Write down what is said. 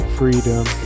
freedom